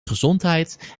gezondheid